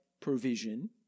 provision